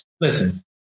listen